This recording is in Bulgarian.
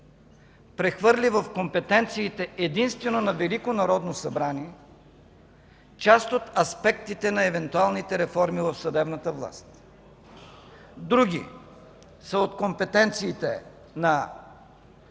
прехвърли в компетенциите единствено на Велико народно събрание част от аспектите на евентуалните реформи в съдебната власт, други са от компетенциите на